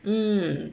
mm